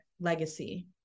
legacy